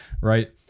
right